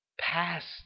Past